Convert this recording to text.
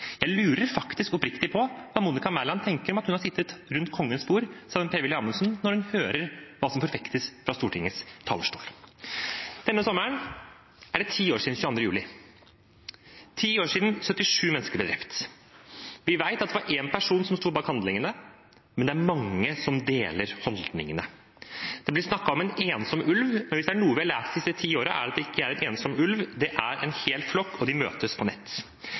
Jeg lurer faktisk oppriktig på hva Monica Mæland tenker om at hun har sittet rundt Kongens bord sammen med Per-Willy Amundsen, når hun hører hva som forfektes fra Stortingets talerstol. Denne sommeren er det ti år siden 22. juli – ti år siden 77 mennesker ble drept. Vi vet at det var én person som sto bak handlingene, men det er mange som deler holdningene. Det blir snakket om en ensom ulv. Men hvis det er noe vi har lært de siste ti årene, er det at det ikke er en ensom ulv, det er en hel flokk, og de møtes på